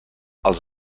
els